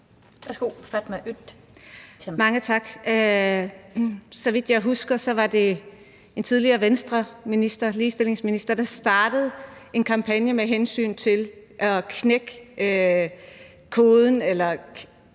Fatma Øktem (V): Mange tak. Så vidt jeg husker, var det en tidligere Venstreminister, en ligestillingsminister, der startede en kampagne med hensyn til at knække koden – der